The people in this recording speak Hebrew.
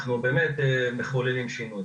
אנחנו באמת מחוללים שינוי.